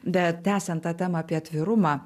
bet tęsiant tą temą apie atvirumą